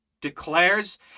declares